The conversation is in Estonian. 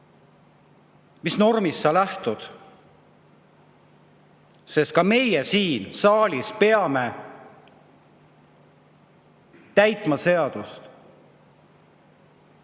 mis normist ta lähtub. Ka meie siin saalis peame täitma seadust.